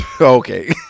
Okay